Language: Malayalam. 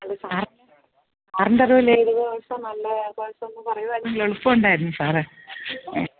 അത് സാറിന് സാറിൻ്റെ അറിവിൽ ഏത് കോഴ്സാണ് നല്ലത് കോഴ്സ് ഒന്ന് പറയുമായിരുന്നെങ്കിൽ എളുപ്പം ഉണ്ടായിരുന്നു സാറെ ഏ